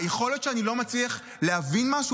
יכול להיות שאני לא מצליח להבין משהו?